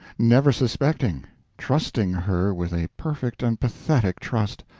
never suspecting trusting her with a perfect and pathetic trust,